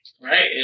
Right